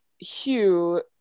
Hugh